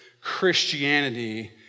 Christianity